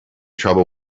trouble